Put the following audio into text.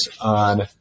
on